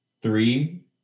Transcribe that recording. three